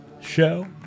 Show